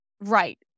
Right